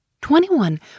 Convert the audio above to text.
Twenty-One